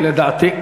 לדעתי,